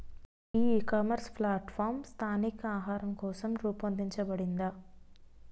ఈ ecommerce platform స్థానిక ఆహారం కోసం రూపొందించబడిందా?